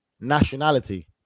nationality